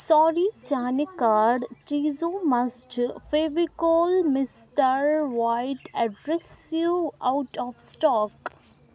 sorry چانہِ card چیٖزو منٛز چھِ Fevicol Mister White adhesive out of stock